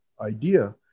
idea